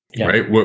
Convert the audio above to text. right